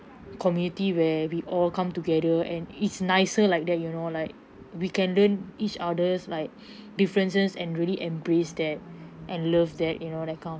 community where we all come together and it's nicer like that you know like we can learn each other's like differences and really embrace that and love that you know that kind of